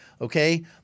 Okay